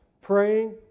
praying